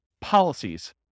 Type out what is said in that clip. policies